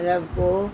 Repco